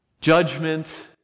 judgment